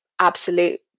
absolute